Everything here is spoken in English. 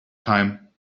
time